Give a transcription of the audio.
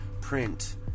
print